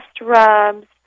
rubs